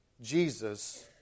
Jesus